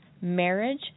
marriage